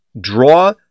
draw